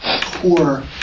poor